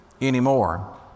anymore